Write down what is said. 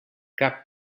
cap